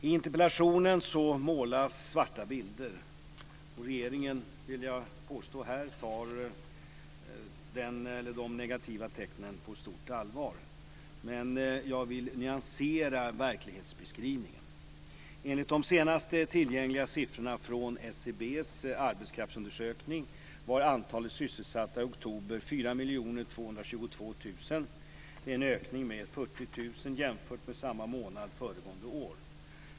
I interpellationerna målas svarta bilder. Regeringen tar, vill jag påstå här, de negativa tecknen på stort allvar. Men jag vill nyansera verklighetsbeskrivningen. Enligt de senaste tillgängliga siffrorna från SCB:s arbetskraftsundersökning var antalet sysselsatta i oktober 4 222 000. Det är en ökning med 40 000 jämfört med samma månad föregående år.